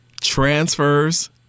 transfers